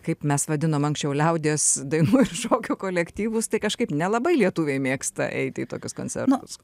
kaip mes vadinom anksčiau liaudies dainų šokių kolektyvus tai kažkaip nelabai lietuviai mėgsta eiti į tokius koncertus